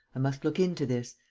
i must look into this.